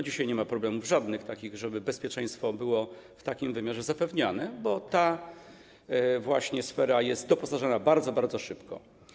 Dzisiaj nie ma żadnych problemów z tym, żeby bezpieczeństwo było w takim wymiarze zapewniane, bo ta właśnie sfera jest doposażana bardzo, bardzo szybko.